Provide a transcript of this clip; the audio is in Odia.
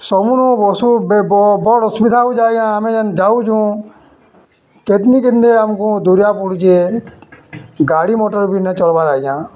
ସବୁନୁ ବସୁ ବଡ଼୍ ଅସୁବିଧା ହଉଚେ ଆଜ୍ଞା ଆମେ ଯେନ୍ ଯାଉଚୁ କେତନିକେତେ ଆମ୍କୁ ଦୂରିଆ ପଡ଼ୁଚେ ଗାଡ଼ି ମଟର୍ ବି ନାଇଁ ଚଲ୍ବାର୍ ଆଜ୍ଞା